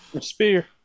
Spear